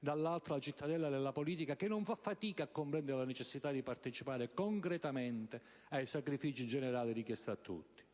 dall'altra, la cittadella della politica che fa fatica a comprendere la necessità di partecipare concretamente ai sacrifici generali richiesti a tutti.